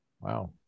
Wow